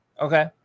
Okay